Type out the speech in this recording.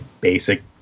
basic